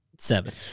Seven